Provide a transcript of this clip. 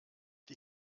die